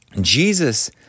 Jesus